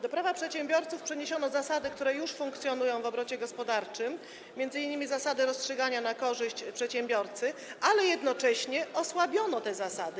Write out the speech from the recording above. Do prawa przedsiębiorców przeniesiono zasady, które już funkcjonują w obrocie gospodarczym, m.in. zasadę rozstrzygania na korzyść przedsiębiorcy, ale jednocześnie osłabiono te zasady.